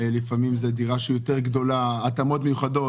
לפעמים זו דירה שהיא יותר גדולה, התאמות מיוחדות.